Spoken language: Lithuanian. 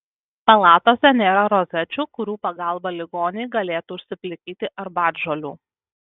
palatose nėra rozečių kurių pagalba ligoniai galėtų užsiplikyti arbatžolių